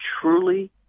truly